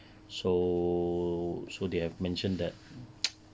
so so they have mentioned that